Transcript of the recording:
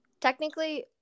technically